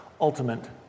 ultimate